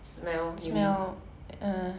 smell you mean